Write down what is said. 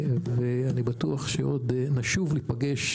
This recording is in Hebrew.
אני בטוח שעוד נשובה להיפגש.